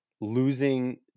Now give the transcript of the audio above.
losing